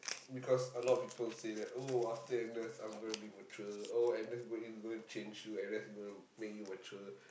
because a lot of people say that oh after N_S I'm gonna be mature oh N_S go in gonna change you N_S gonna make you mature